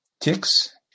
Ticks